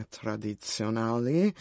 tradizionali